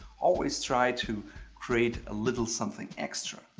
always try to create a little something extra.